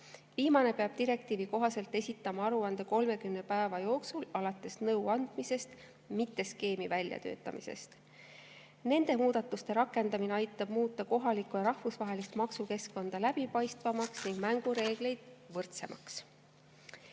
Viimane peab direktiivi kohaselt esitama aruande 30 päeva jooksul alates nõu andmisest, mitte skeemi väljatöötamisest. Nende muudatuste rakendamine aitab muuta kohalikku ja rahvusvahelist maksukeskkonda läbipaistvamaks ning mängureegleid võrdsemaks.